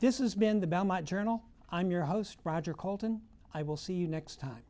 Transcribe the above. this is been the belmont journal i'm your host roger colton i will see you next time